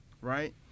right